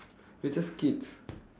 they're just kids